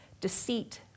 deceit